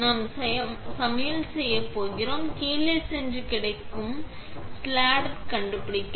நாம் சமையல் செய்ய போகிறோம் கீழே சென்று கிடைக்கும் ஸ்லாட் கண்டுபிடிக்க